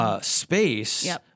Space